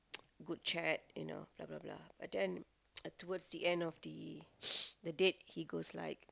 good chat you know blah blah but then towards the end of the the date he goes like